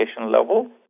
level